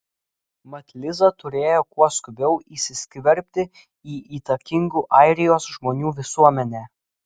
mat liza turėjo kuo skubiau įsiskverbti į įtakingų airijos žmonių visuomenę